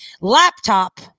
laptop